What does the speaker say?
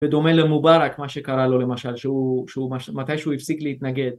בדומה למוברק מה שקרה לו למשל, מתי שהוא הפסיק להתנגד